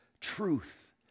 truth